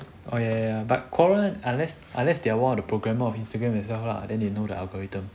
oh ya ya but quora unless unless they're one of the programmer of instagram itself lah then they know the algorithm